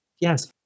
Yes